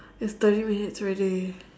it's thirty minutes already